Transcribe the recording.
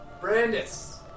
Brandis